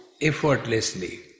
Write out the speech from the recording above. effortlessly